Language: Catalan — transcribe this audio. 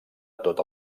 tot